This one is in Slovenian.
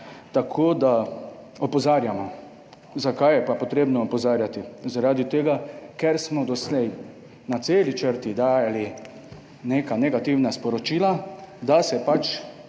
Tako, da opozarjamo, zakaj je pa potrebno opozarjati? Zaradi tega, ker smo doslej na celi črti dajali neka negativna sporočila, da pač